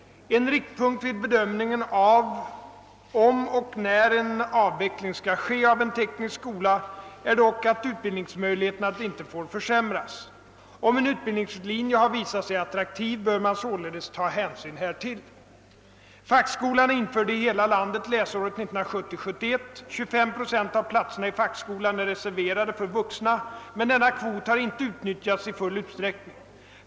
En riktpunkt vid bedömningen av om och när en avveckling skall ske av en teknisk skola är dock att utbildnings möjligheterna inte får försämras. Om en utbildningslinje har visat sig attraktiv bör man således ta hänsyn härtill. Fackskolan är införd i hela landet läsåret 1970/71. 25 procent av platserna i fackskolan är reserverade för vuxna, men denna kvot har inte utnyttjats i full utsträckning.